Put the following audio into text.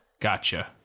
Gotcha